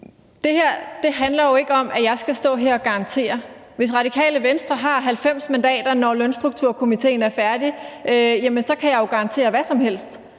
Det her handler ikke om, at jeg skal stå her og garantere noget. Hvis Radikale Venstre har 90 mandater, når lønstrukturkomitéen er færdig, kan jeg garantere hvad som helst,